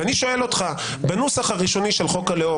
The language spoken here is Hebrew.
ואני שואל אותך: בנוסח הראשוני של חוק הלאום